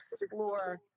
explore